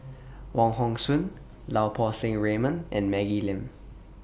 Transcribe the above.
Wong Hong Suen Lau Poo Seng Raymond and Maggie Lim